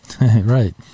Right